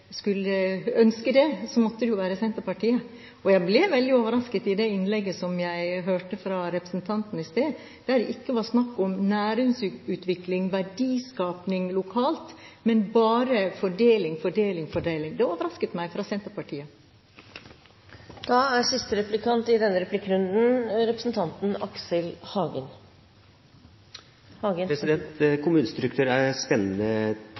ønske det, måtte det jo være Senterpartiet. Jeg ble veldig overrasket av innlegget jeg hørte fra representanten i sted, der det ikke var snakk om næringsutvikling og verdiskaping lokalt, men bare fordeling, fordeling, fordeling. Det overrasket meg fra Senterpartiet. Kommunestruktur er et spennende tema, ikke minst for et parti som har ambisjoner om å sitte i